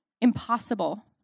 impossible